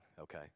Okay